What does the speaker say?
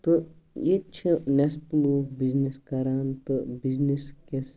تہٕ ییٚتہِ چھِ نٮ۪صف لُکھ بِزنٮ۪س کران تہٕ بِزنٮ۪س کِس